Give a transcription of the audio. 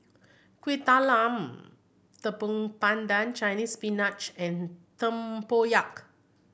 Kueh Talam Tepong Pandan Chinese Spinach and tempoyak